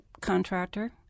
contractor